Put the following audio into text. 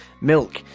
milk